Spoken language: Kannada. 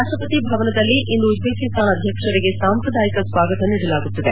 ರಾಷ್ಟವತಿ ಭವನದಲ್ಲಿ ಇಂದು ಉಜ್ವೇಕಿಸ್ತಾನ ಅಧ್ಯಕ್ಷರಿಗೆ ಸಾಂಪ್ರದಾಯಿಕ ಸ್ವಾಗತ ನೀಡಲಾಗುತ್ತದೆ